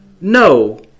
No